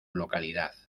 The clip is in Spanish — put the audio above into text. localidad